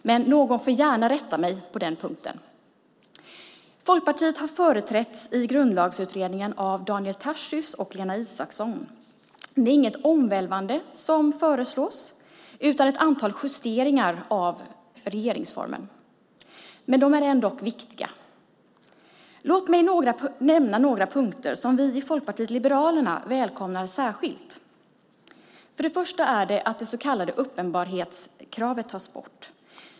Någon får gärna rätta mig på den punkten. Folkpartiet har företrätts i Grundlagsutredningen av Daniel Tarschys och Lena Isaksson. Det är inget omvälvande som föreslås utan ett antal justeringar av regeringsformen. Men de är ändock viktiga. Låt mig nämna några punkter som vi i Folkpartiet liberalerna välkomnar särskilt. För det första är det att det så kallade uppenbarhetskravet tas bort.